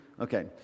Okay